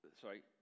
sorry